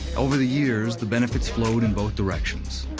over the years, the benefits flowed in both directions,